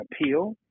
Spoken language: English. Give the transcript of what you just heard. appeal